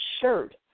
shirt